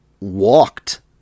walked